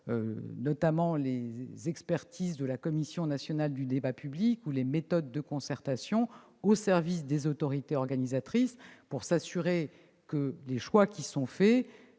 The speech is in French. notamment les expertises de la Commission nationale du débat public ou les méthodes de concertation au service des autorités organisatrices pour s'assurer que les choix qui sont faits